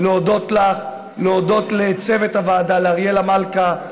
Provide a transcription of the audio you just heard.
ולהודות לצוות הוועדה: לאריאלה מלכה,